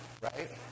right